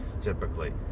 typically